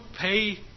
pay